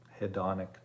Hedonic